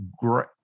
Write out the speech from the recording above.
great